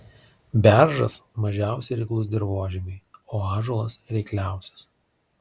beržas mažiausiai reiklus dirvožemiui o ąžuolas reikliausias